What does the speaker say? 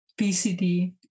BCD